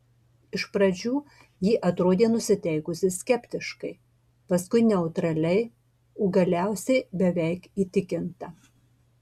iš pradžių ji atrodė nusiteikusi skeptiškai paskui neutraliai o galiausiai beveik įtikinta